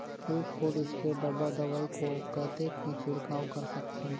एक full spray डब्बा दवाई को कतेक म छिड़काव कर सकथन?